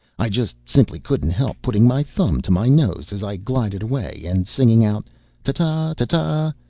i just simply couldn't help putting my thumb to my nose as i glided away and singing out ta-ta! ta-ta!